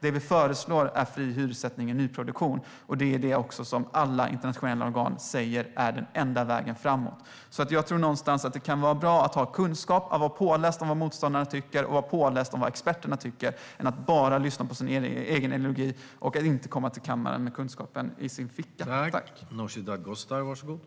Det vi föreslår är fri hyressättning i nyproduktion, och det är också det som alla internationella organ säger är den enda vägen framåt. Jag tror att det kan vara bra att ha kunskap och vara påläst om vad motståndaren tycker och om vad experterna tycker i stället för att bara lyssna på sin egen ideologi när man kommer till kammaren.